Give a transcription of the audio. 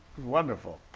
wonderful!